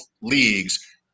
leagues